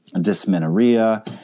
dysmenorrhea